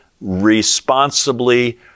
responsibly